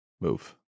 move